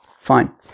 fine